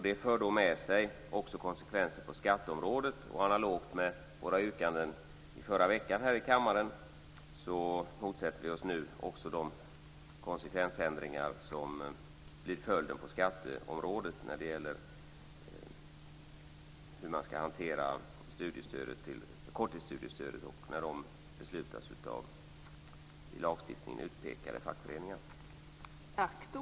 Det för då också med sig konsekvenser på skatteområdet, och analogt med våra yrkanden i förra veckan här i kammaren motsätter vi oss nu också de konsekvensändringar som blir följden på skatteområdet. Det gäller hur man ska hantera korttidsstudiestödet och att i lagstiftningen utpekade fackföreningar ska besluta om detta.